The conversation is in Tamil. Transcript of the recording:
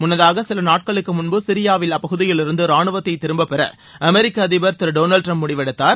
முன்னதாக சில நாட்களுக்கு முன்பு சிரியாவில் அப்பகுதியிலிருந்து ராணுவத்தை திரும்பப்பெற அமெரிக்க அதிபர் டொனால்டு டிரம்ப் முடிவெடுத்தார்